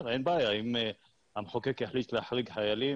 אם המחוקק יחליט להחריג חיילים,